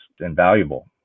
invaluable